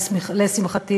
לשמחתי,